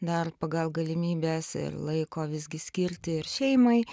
dar pagal galimybes ir laiko visgi skirti ir šeimai